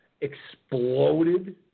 exploded